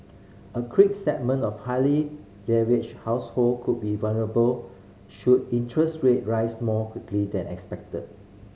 a segment of highly leveraged household could be vulnerable should interest rate rise more quickly than expected